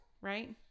right